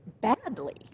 badly